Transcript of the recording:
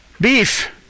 Beef